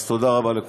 אז תודה רבה לכולם.